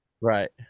Right